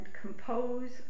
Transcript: compose